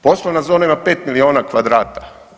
Poslovna zona ima 5 milijuna kvadrata.